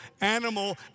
animal